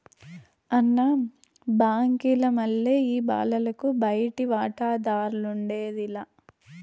అన్న, బాంకీల మల్లె ఈ బాలలకు బయటి వాటాదార్లఉండేది లా